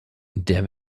der